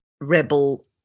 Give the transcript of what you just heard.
Rebel